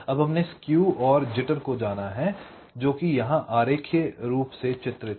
अब हमने स्केव और जिटर को जाना है जोकि यहां आरेखीय रूप से चित्रित हैं